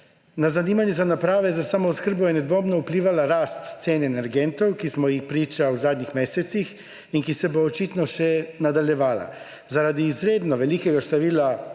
Na zanimanje za naprave za samooskrbo je nedvomno vplivala cen energentov, ki smo ji priča v zadnjih mesecih in ki se bo očitno še nadaljevala. Zaradi izredno velikega števila